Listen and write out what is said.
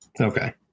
Okay